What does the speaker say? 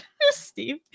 steve